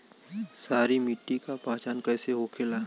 सारी मिट्टी का पहचान कैसे होखेला?